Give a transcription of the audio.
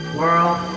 world